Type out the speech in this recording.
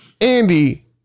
Andy